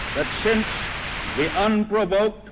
that since the unprovoked